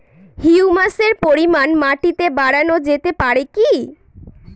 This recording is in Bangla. হিউমাসের পরিমান মাটিতে বারানো যেতে পারে কি?